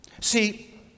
See